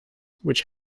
which